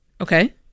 Okay